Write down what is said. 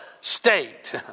state